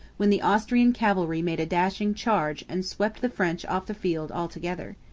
when the austrian cavalry made a dashing charge and swept the french off the field altogether.